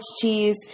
cheese